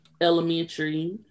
Elementary